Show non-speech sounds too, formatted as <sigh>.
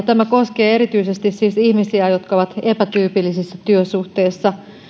<unintelligible> tämä koskee erityisesti siis ihmisiä jotka ovat epätyypillisessä työsuhteessa